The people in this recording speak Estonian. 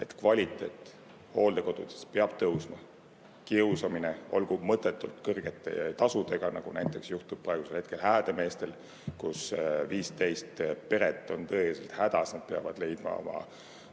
et kvaliteet hooldekodudes peab tõusma. Kiusamine, näiteks mõttetult kõrgete tasudega, nagu juhtub praegu Häädemeestel, kus 15 peret on tõeliselt hädas, sest nad peavad leidma oma